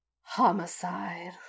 homicide